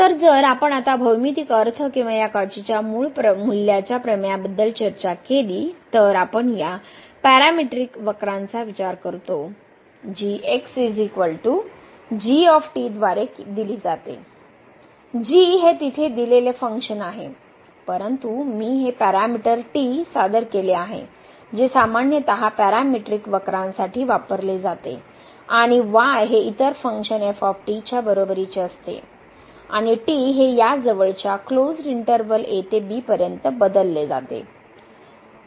तर जर आपण आता भौमितिक अर्थ किंवा या कॉचीच्या मूळ मूल्याच्या प्रमेयाबद्दल चर्चा केली तर आता आपण या पॅरामीट्रिक वक्रांचा विचार करतो जी द्वारे दिली जाते हे तेथे दिलेले फंक्शन आहे परंतु मी हे पॅरामीटर टी सादर केले आहे जे सामान्यत पॅरामीट्रिक वक्रांसाठी वापरले जाते आणि y हे इतर फंक्शन च्या बरोबरीचे असते आणि t हे या जवळच्या क्लोज्ड इंटर्वल a ते b पर्यंत बदलते